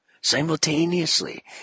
Simultaneously